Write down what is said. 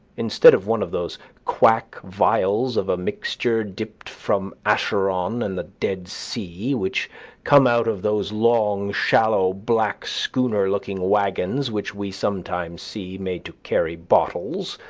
instead of one of those quack vials of a mixture dipped from acheron and the dead sea, which come out of those long shallow black-schooner looking wagons which we sometimes see made to carry bottles,